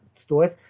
stores